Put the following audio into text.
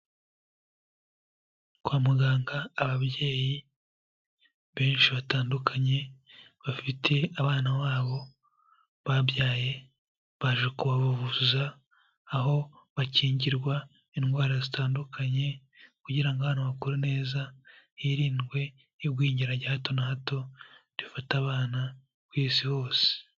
Kwa muganga ababyeyi benshi batandukanye, bafite abana babo babyaye baje kubavuza, aho bakingirwa indwara zitandukanye, kugira ngo ahantu bakore neza hirindwe igwingira rya hato na hato rifata abana ku isi hose.